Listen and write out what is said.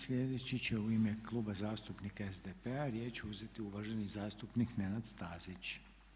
Sljedeći će u ime Kluba zastupnika SDP-a riječ uzeti uvaženi zastupnik Nenad Stazić.